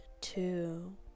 two